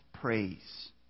praise